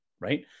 right